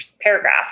paragraph